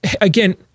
again